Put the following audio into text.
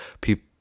people